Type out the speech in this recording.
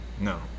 No